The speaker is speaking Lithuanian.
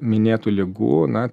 minėtų ligų na